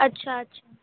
अछा अछा